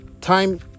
time